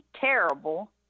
terrible